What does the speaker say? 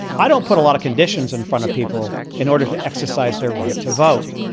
i don't put a lot of conditions in front of people in order to exercise their right to vote.